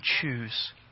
choose